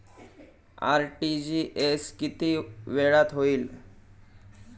RTGS किती वेळात होईल?